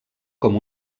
com